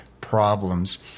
problems